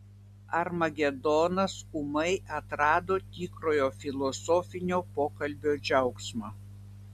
armagedonas ūmai atrado tikrojo filosofinio pokalbio džiaugsmą